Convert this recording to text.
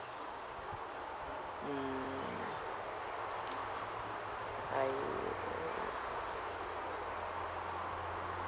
mm I